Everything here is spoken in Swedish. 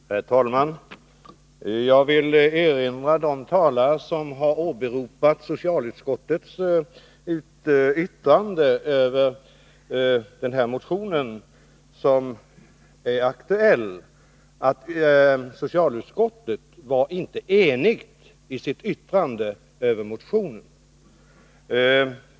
Herr talman! Jag vill erinra de talare som har åberopat socialutskottets yttrande över den här motionen som är aktuell om att socialutskottet inte var enigt i sitt yttrande över motionen.